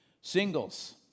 Singles